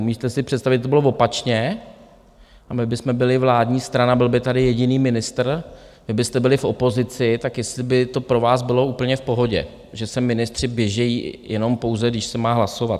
Umíte si představit, to bylo opačně a my bychom byli vládní strana, byl by tady jediný ministr, vy byste byli v opozici, tak jestli by to pro vás bylo úplně v pohodě, že sem ministři běží jenom pouze, když se má hlasovat?